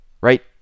right